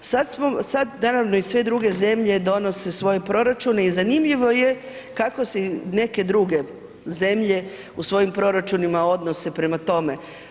Sad smo, sad naravno i sve druge zemlje donose svoje proračune i zanimljivo je kako se neke druge zemlje u svojim proračunima odnose prema tome.